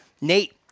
Nate